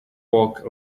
walked